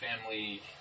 family